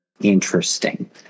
interesting